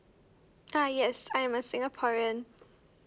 uh yes I'm a singaporean